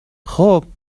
خوب